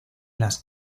las